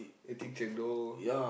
eating chendol